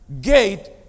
gate